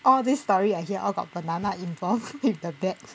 all this story I hear all got banana involved with the bat